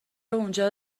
اونجا